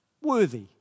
worthy